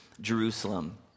Jerusalem